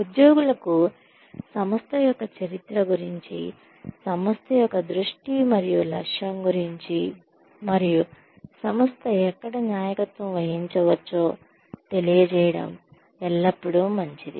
ఉద్యోగులకు సంస్థ యొక్క చరిత్ర గురించి సంస్థ యొక్క దృష్టి మరియు లక్ష్యం గురించి మరియు సంస్థ ఎక్కడ నాయకత్వం వహించవచ్చో తెలియజేయడం ఎల్లప్పుడూ మంచిది